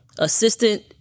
Assistant